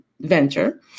venture